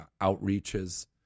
outreaches